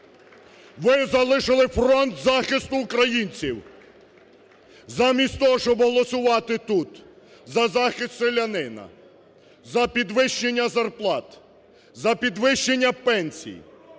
Ви залишили фронт захисту українців! Замість того, щоб голосувати тут за захист селянина, за підвищення зарплат, за підвищення пенсій,